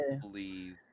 please